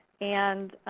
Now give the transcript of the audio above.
and